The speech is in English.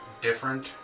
different